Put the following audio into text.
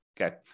okay